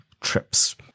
trips